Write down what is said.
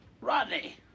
Rodney